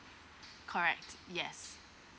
correct yes